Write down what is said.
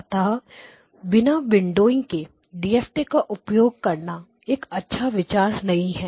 अतः बिना विंडोइंग के DFT का उपयोग करना एक अच्छा विचार नहीं है